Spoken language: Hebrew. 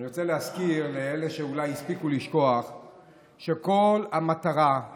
אני רוצה להזכיר לאלה שאולי הספיקו לשכוח שכל המטרה,